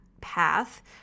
path